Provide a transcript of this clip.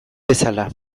bezala